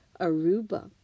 Aruba